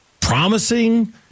promising